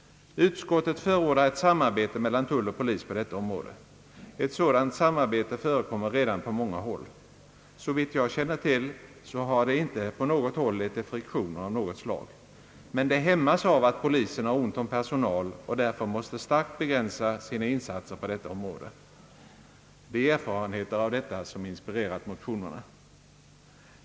Utskottet förordar ett samarbete mellan tull och polis på detta område. Ett sådant samarbete förekommer redan på många håll. Såvitt jag känner till har det inte på något håll lett till friktioner av något slag. Men det hämmas av att polisen har ont om personal och därför måste starkt begränsa sina insatser på detta område, Det är erfarenheter av detta som inspirerat motionerna.